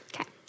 Okay